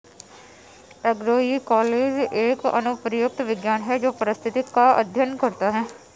agroecology एक अनुप्रयुक्त विज्ञान है जो पारिस्थितिक का अध्ययन करता है